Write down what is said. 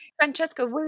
Francesca